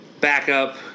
backup